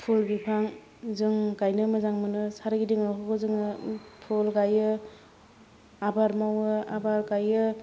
फुल बिफां जों गायनो मोजां मोनो सोरगिदिङावबो जों फुल गायो आबाद मावो आबाद गायो